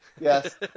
yes